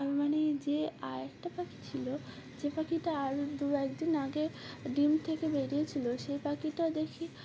আর মানে যে আর একটা পাখি ছিলো যে পাখিটা আর দু একদিন আগে ডিম থেকে বেরিয়েছিলো সেই পাখিটা দেখি